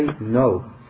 no